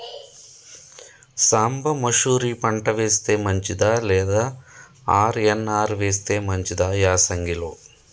సాంబ మషూరి పంట వేస్తే మంచిదా లేదా ఆర్.ఎన్.ఆర్ వేస్తే మంచిదా యాసంగి లో?